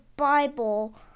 Bible